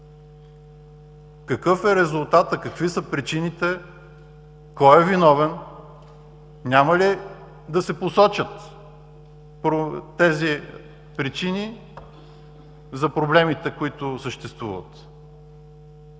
какъв е резултатът, какви са причините, кой е виновен? Няма ли да се посочат тези причини за проблемите, които съществуват?